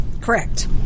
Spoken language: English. Correct